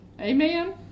Amen